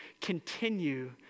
Continue